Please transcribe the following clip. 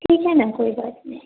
ठीक है न कोई बात नहीं